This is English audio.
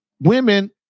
women